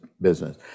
business